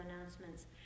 announcements